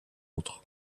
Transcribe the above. autres